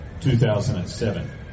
2007